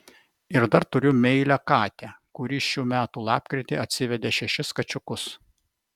ir dar turiu meilią katę kuri šių metų lapkritį atsivedė šešis kačiukus